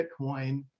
Bitcoin